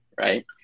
right